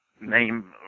name